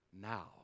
now